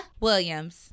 Williams